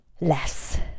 less